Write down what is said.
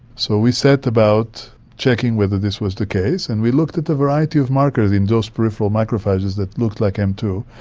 so we set about checking whether this was the case, and we looked at a variety of markers in those peripheral macrophages that looked like m two,